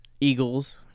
Eagles